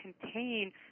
contain